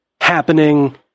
happening